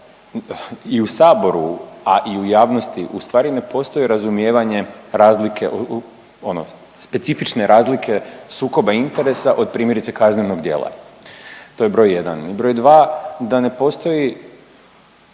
i u saboru, a i u javnosti ustvari ne postoji razumijevanje razlike, ono specifične razlike sukoba interesa od primjerice kaznenog djela, to je broj jedan. Broj dva, da ne postoji,